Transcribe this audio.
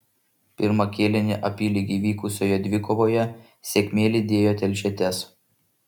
pirmą kėlinį apylygiai vykusioje dvikovoje sėkmė lydėjo telšietes